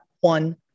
one